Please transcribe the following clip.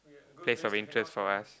place of interest for us